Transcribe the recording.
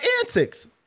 antics